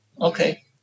Okay